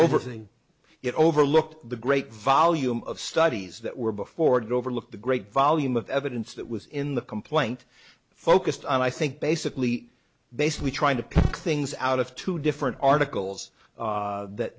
over thing it overlooked the great volume of studies that were before and overlooked the great volume of evidence that was in the complaint focused on i think basically basically trying to put things out of two different articles that